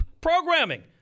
programming